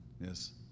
yes